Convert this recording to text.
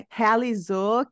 realizou